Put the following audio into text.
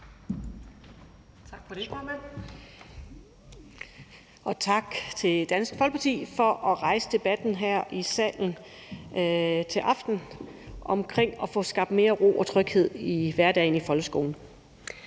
Tak for det, formand, og tak til Dansk Folkeparti for at rejse debatten her i salen til aften om det at få skabt mere ro og tryghed i hverdagen i folkeskolen.